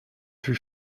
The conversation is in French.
fût